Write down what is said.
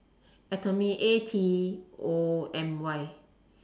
Atomy A T O M Y